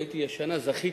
הייתי השנה, זכיתי,